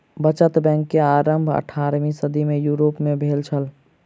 बचत बैंक के आरम्भ अट्ठारवीं सदी में यूरोप में भेल छल